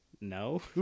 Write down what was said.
No